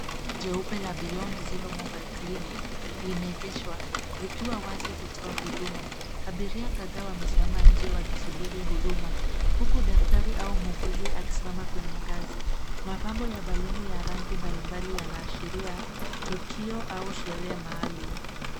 Gari jeupe la beyond zero mobile clinic, limeegeshwa likiwa wazi kutoa huduma. Abiria kadhaa wamesimama nje wakisubiri huduma .Huku daktari au muuguzi akisimama kwenye ngazi .Mapambo ya balooni ya rangi mbali mbali yana ashiria tukio au sherehe maalum.